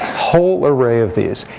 whole array of these.